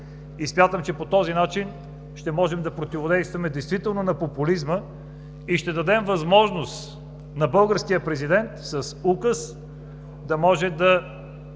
Смятам, че по този начин ще можем да противодействаме действително на популизма и ще дадем възможност на българския президент с указ да направи